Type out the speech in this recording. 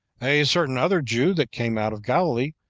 a certain other jew that came out of galilee,